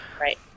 right